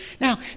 Now